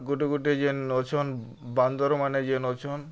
ଗୁଟେ ଗୁଟେ ଯେନ୍ ଅଛନ୍ ବାନ୍ଦର୍ମାନେ ଯେନ୍ ଅଛନ୍